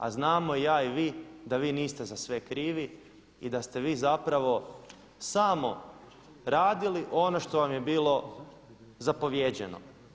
A znamo i ja i vi da vi niste za sve krivi i da ste vi zapravo samo radili ono što vam je bilo zapovjeđeno.